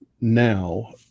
Now